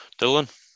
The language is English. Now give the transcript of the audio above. Dylan